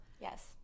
Yes